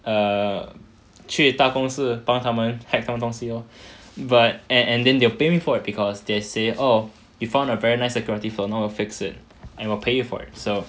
err 去大公司帮他们 hack 东西 lor but and then they'll pay me for it because they say oh you found a very nice security flaw now fix it and we'll pay for it so